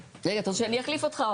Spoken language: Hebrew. רגע, אוהד, אתה רוצה שאני אחליף אותך?